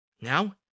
Now